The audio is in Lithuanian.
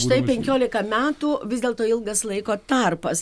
štai penkiolika metų vis dėlto ilgas laiko tarpas